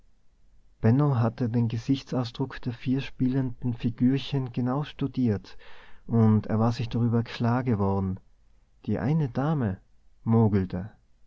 hatte den gesichtsausdruck der vier spielenden figürchen genau studiert und er war sich darüber klar geworden die eine dame